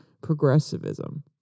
progressivism